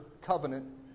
covenant